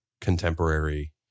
contemporary